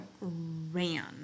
ran